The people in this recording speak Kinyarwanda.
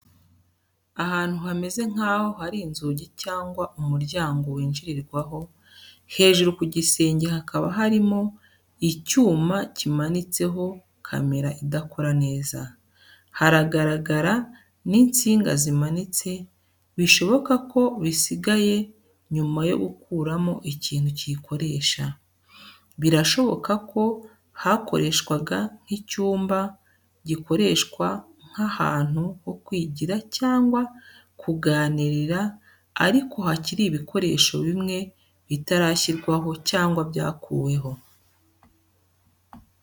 Ahantu hameze nkaho hari inzugi cyangwa umuryango winjirirwamo, hejuru ku gisenge hakaba harimo icyuma kimanitseho kamera idakora neza. Haragaragara n’insinga zimanitse, bishoboka ko bisigaye nyuma yo gukuramo ikintu kiyikoresha. Birashoboka ko hakoreshwaga nk’icyumba gikoreshwa nk’ahantu ho kwigira cyangwa kuganirira ariko hakiri ibikoresho bimwe bitarashyirwaho cyangwa byakuweho.